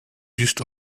just